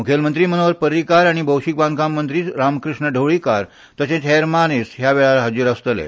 मुखेलमंत्री मनोहर पर्रिकर आनी भौशिक बांदकाम मंत्री रामकृष्ण ढवळीकर तशेंच हेर मानेस्त ह्यावेळार हाजीर आसतले